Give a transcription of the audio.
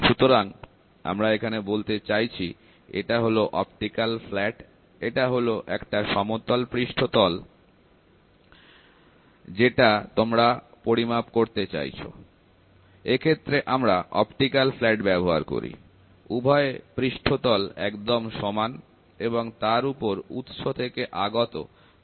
সুতরাং আমরা এখানে বলতে চাইছি এটা হল অপটিকাল ফ্ল্যাট এটা হল একটা সমতল পৃষ্ঠ তল যেটা তোমরা পরিমাপ করতে চাইছো এক্ষেত্রে আমরা অপটিক্যাল ফ্ল্যাট ব্যবহার করি উভয় পৃষ্ঠতল একদম সমান এবং তার উপর উৎস থেকে আগত কোন আলোক রশ্মি এসে পরছে